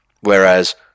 whereas